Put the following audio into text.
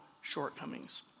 shortcomings